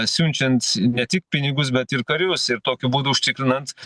siunčiant ne tik pinigus bet ir karius ir tokiu būdu užtikrinant